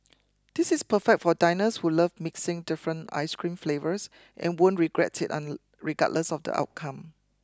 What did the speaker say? this is perfect for diners who love mixing different ice cream flavours and won't regret it and regardless of the outcome